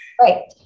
right